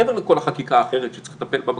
מעבר לכל החקיקה האחרת שצריך לטפל בה בכנסת,